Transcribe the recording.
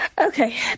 Okay